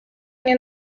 nie